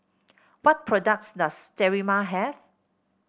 what products does Sterimar have